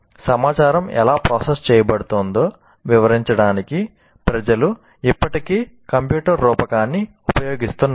సమాచారం ఎలా ప్రాసెస్ చేయబడుతుందో వివరించడానికి ప్రజలు ఇప్పటికీ కంప్యూటర్ రూపకాన్ని ఉపయోగిస్తున్నారు